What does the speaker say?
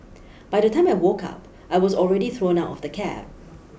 by the time I woke up I was already thrown out of the cab